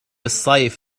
الصيف